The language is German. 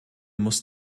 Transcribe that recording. muss